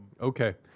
Okay